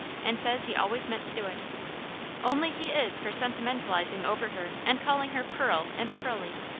and says he always meant to do it only he is for sentimentalizing over her, and calling her pearl and pearlie.